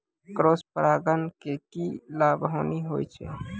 Cross परागण के की लाभ, हानि होय छै?